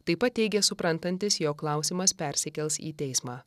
taip pat teigė suprantantis jog klausimas persikels į teismą